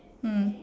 mm